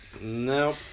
Nope